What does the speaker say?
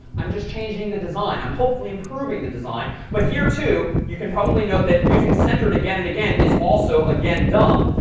i'm just changing the design. i'm hopefully improving the design. but here, too, you can probably note that using centered again and again is also, again, dumb.